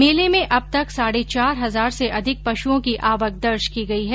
मेले में अब तक साढे चार हजार से अधिक पशुओं की आवक दर्ज की गई है